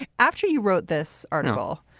after you wrote this article,